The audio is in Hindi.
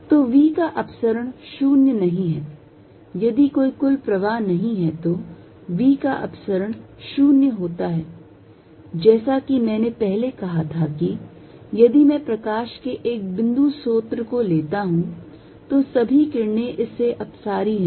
तो v का अपसरण 0 नहीं है यदि कोइ कुल प्रवाह नहीं है तो v का अपसरण 0 होता है जैसा कि मैंने पहले कहा था कि यदि मैं प्रकाश के एक बिंदु स्रोत को लेता हूं तो सभी किरणें इससे अपसारी हैं